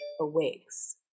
awakes